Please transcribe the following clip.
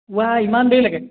উৱা ইমান দেৰিলৈকে